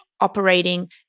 operating